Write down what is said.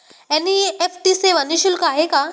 NEFT सेवा निःशुल्क आहे का?